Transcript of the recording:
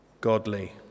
godly